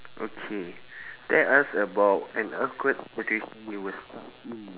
okay tell us about an awkward situation you were stuck in